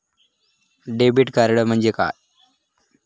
Debit card म्हणजे काय?